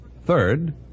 Third